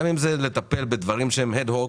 גם אם זה לטפל בדברים שהם אד הוק,